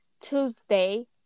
Tuesday